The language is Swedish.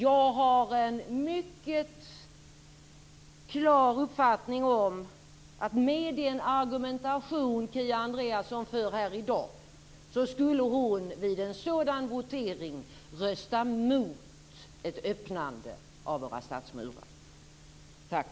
Jag har en mycket klar uppfattning om att med den argumentation som Kia Andreasson för här i dag skulle hon vid en sådan votering rösta mot ett öppnande av våra stadsmurar.